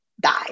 die